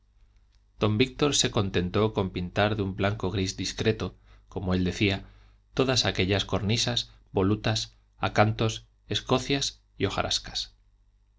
don víctor se contentó con pintar de un blanco gris discreto como él decía todas aquellas cornisas volutas acantos escocias y